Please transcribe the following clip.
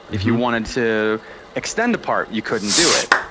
if you wanted to extend part, you couldn't do it.